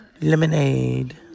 Lemonade